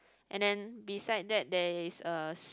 and then beside that there is a